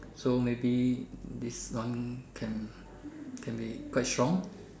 so maybe this one can can be quite strong